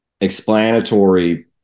explanatory